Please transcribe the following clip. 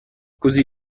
così